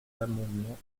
l’amendement